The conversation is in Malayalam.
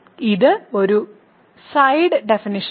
ഇത് ഒരു സൈഡ് ഡെഫനിഷനാണ്